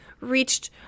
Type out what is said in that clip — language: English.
reached